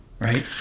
Right